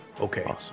Okay